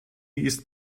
ist